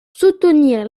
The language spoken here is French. soutenir